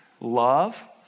love